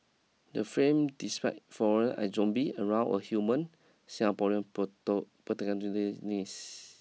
the frame despite despite foreign as zombie around a human Singaporean